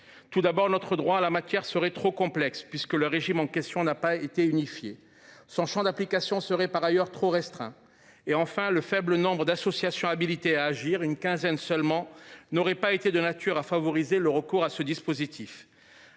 Tout d’abord, notre droit en la matière serait trop complexe, puisque le régime en question n’a pas été unifié. Ensuite, son champ d’application serait trop restreint. Enfin, le faible nombre d’associations habilitées à agir – une quinzaine seulement – n’aurait pas été de nature à favoriser le recours à ce dispositif.